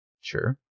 Sure